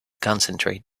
concentrate